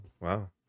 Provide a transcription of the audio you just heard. wow